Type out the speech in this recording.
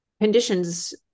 Conditions